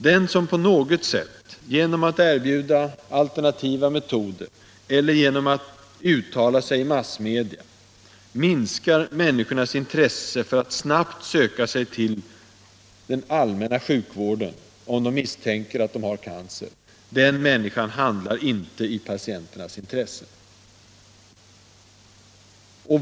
Den som på något sätt, genom att erbjuda alternativa metoder eller genom att uttala sig i massmedia, minskar människornas intresse för att snabbt söka sig till den allmänna sjukvården om de misstänker att de har cancer, den människan handlar inte i patienternas intresse.